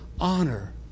honor